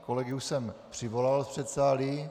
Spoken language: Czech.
Kolegy už jsem přivolal z předsálí.